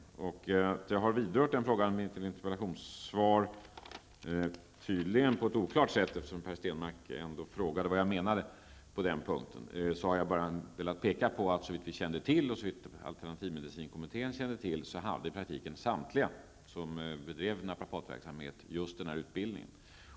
Jag har tydligen vidrört den frågan i mitt interpellationssvar på ett oklart sätt, eftersom Per Stenmarck frågade vad jag menade på den punkten. Jag har bara velat peka på att såvitt vi kände till och såvitt alternativmedicinkommittén kände till hade i praktiken samtliga som bedrev naprapatverksamhet just denna utbildning.